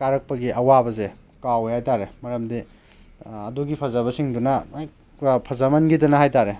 ꯀꯥꯔꯛꯄꯒꯤ ꯑꯋꯥꯕꯁꯦ ꯀꯥꯎꯋꯦ ꯍꯥꯏꯇꯥꯔꯦ ꯃꯔꯝꯗꯤ ꯑꯗꯨꯒꯤ ꯐꯖꯕꯁꯤꯡꯗꯨꯅ ꯐꯖꯃꯟꯈꯤꯗꯅ ꯍꯥꯏ ꯇꯥꯔꯦ